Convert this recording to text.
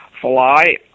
fly